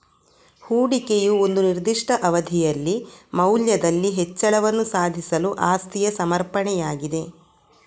ಹೂಡಿಕೆಯು ಒಂದು ನಿರ್ದಿಷ್ಟ ಅವಧಿಯಲ್ಲಿ ಮೌಲ್ಯದಲ್ಲಿ ಹೆಚ್ಚಳವನ್ನು ಸಾಧಿಸಲು ಆಸ್ತಿಯ ಸಮರ್ಪಣೆಯಾಗಿದೆ